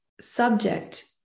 subject